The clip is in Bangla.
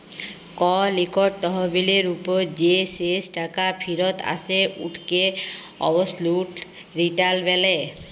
কল ইকট তহবিলের উপর যে শেষ টাকা ফিরত আসে উটকে অবসলুট রিটার্ল ব্যলে